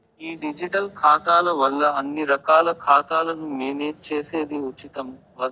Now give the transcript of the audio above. ఈ డిజిటల్ ఖాతాల వల్ల అన్ని రకాల ఖాతాలను మేనేజ్ చేసేది ఉచితం, భద్రం